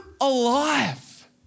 alive